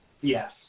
Yes